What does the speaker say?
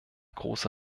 große